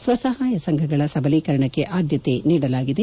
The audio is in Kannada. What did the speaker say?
ಸ್ವಸಪಾಯ ಸಂಘಗಳ ಸಬಲೀಕರಣಕ್ಕೆ ಆದ್ಯತೆ ನೀಡಲಾಗಿದೆ